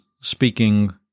speaking